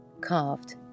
carved